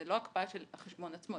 זו לא הקפאה של החשבון עצמו,